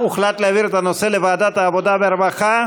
הוחלט להעביר את הנושא לוועדת העבודה והרווחה.